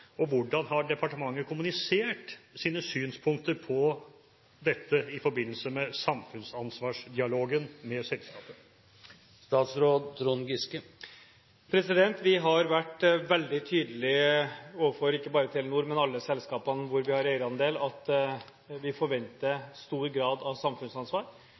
Hvordan har departementet i forbindelse med samfunnsansvarsdialogen kommunisert sine synspunkter på dette med selskapet? Vi har vært veldig tydelig på – ikke bare overfor Telenor, men overfor alle selskapene hvor vi har eierandel – at vi forventer stor grad av samfunnsansvar.